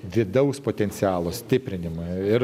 vidaus potencialo stiprinimą ir